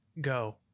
go